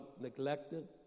neglected